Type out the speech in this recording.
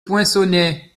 poinçonnet